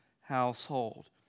household